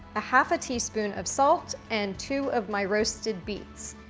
a half a teaspoon of salt, and two of my roasted beets.